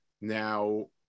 Now